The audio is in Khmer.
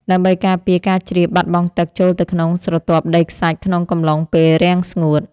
ដើម្បីការពារការជ្រាបបាត់បង់ទឹកចូលទៅក្នុងស្រទាប់ដីខ្សាច់ក្នុងកំឡុងពេលរាំងស្ងួត។